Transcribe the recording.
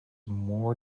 more